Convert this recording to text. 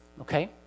okay